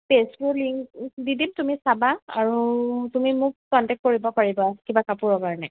পেজটো link দি দিম তুমি চাবা আৰু তুমি মোক কণ্টেক্ট কৰিব পাৰিবা কিবা কাপোৰৰ কাৰণে